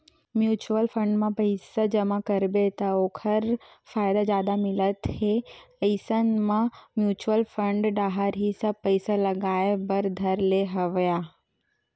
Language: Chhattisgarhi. म्युचुअल फंड म पइसा जमा करबे त ओखर फायदा जादा मिलत हे इसन म म्युचुअल फंड डाहर ही सब पइसा लगाय बर धर ले हवया